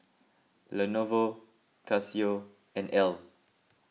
Lenovo Casio and Elle